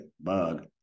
bug